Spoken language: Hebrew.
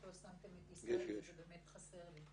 זה חסר לי.